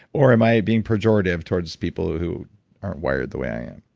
or am i being pejorative towards people who who aren't wired the way i am?